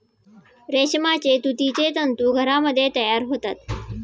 रेशमाचे तुतीचे तंतू घरामध्ये तयार होतात